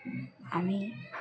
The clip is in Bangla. আমি